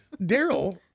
daryl